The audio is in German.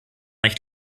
nicht